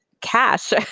cash